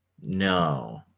No